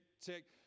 tick